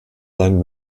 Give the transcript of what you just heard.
seinen